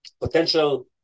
Potential